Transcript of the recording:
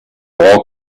all